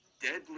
deadly